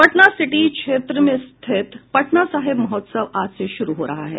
Patna city क्षेत्र में स्थित पटना साहिब महोत्सव आज से शुरू हो रहा है